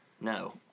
No